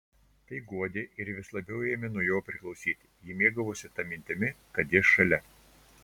tai guodė ir ji vis labiau ėmė nuo jo priklausyti ji mėgavosi ta mintimi kad jis šalia